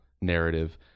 narrative